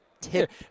tip